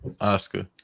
Oscar